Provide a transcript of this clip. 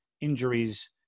injuries